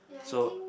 so